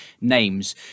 names